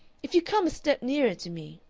if you come a step nearer to me,